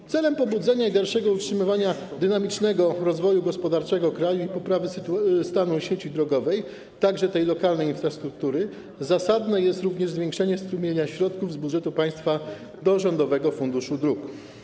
W celu pobudzenia i dalszego utrzymywania dynamicznego rozwoju gospodarczego kraju i poprawy stanu sieci drogowej, także lokalnej infrastruktury, zasadne jest również zwiększenie strumienia środków z budżetu państwa do rządowego funduszu dróg.